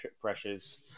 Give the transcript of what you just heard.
pressures